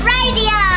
Radio